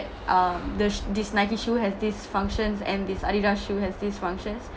um the this nike shoe has these functions and this adidas shoe has these functions